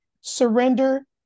surrender